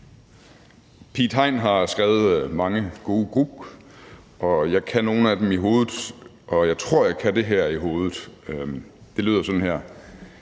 Piet Hein har skrevet mange gode gruk, og jeg kan nogle af dem i hovedet, og jeg tror, at jeg kan det her i hovedet – det lyder sådan her: